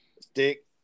Stick